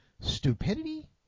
stupidity